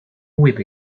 with